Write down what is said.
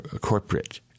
corporate